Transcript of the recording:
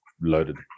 loaded